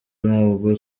ntabwo